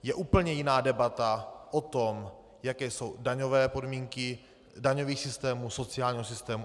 Je úplně jiná debata o tom, jaké jsou daňové podmínky daňového systému, sociálního systému atd.